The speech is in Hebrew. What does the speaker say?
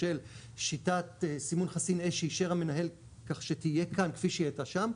של שיטת סימון חסין אש שאישר המנהל כך שתהיה כאן כפי שהיא הייתה שם,